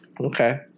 Okay